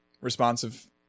responsive